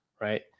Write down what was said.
right